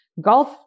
golf